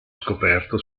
scoperto